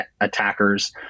attackers